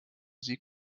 sie